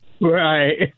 Right